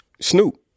Snoop